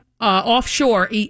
offshore